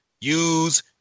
use